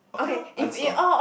okay lor answer